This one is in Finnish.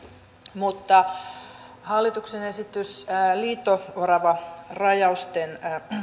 mutta hallituksen esitystä liito oravarajausten